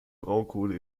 braunkohle